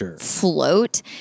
float